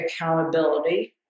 accountability